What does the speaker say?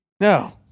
No